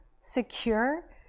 secure